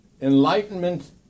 Enlightenment